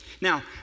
Now